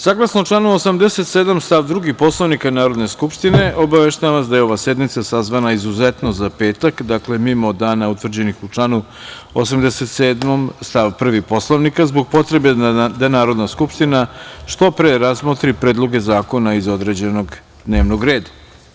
Saglasno članu 87. stav 2. Poslovnika Narodne skupštine, obaveštavam vas da je ova sednica sazvana izuzetno za petak, dakle, mimo dana utvrđenih u članu 87. stav 1. Poslovnika, zbog potrebe da Narodna skupština što pre razmotri predloge zakona iz određenog dnevnog reda.